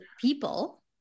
people